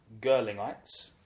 Girlingites